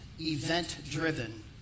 event-driven